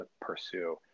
pursue